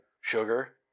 Sugar